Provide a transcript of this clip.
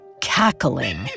cackling